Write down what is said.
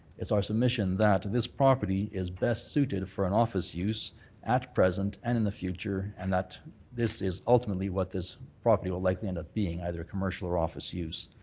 it's our submission that this property is best suited for an office use at present and in the future, and that this is ultimately what this property will likely end up being, either a commercial or office use.